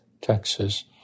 Texas